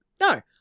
No